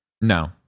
No